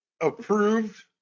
approved